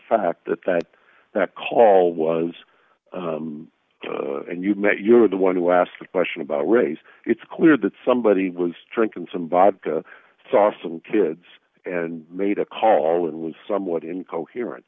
fact that that call was and you met you're the one who asked the question about race it's clear that somebody was drinking some vodka saw some kids and made a call and was somewhat incoherent